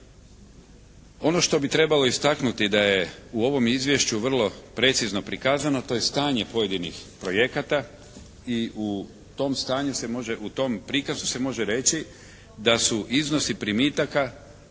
Ono što bi trebalo istaknuti da je u ovome izvješću vrlo precizno prikazano to je stanje pojedinih projekata i u tom stanju, u tom prikazu se može reći da su iznosi primitaka,